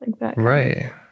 Right